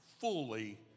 fully